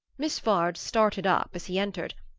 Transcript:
miss vard started up as he entered,